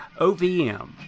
OVM